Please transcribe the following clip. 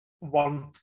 want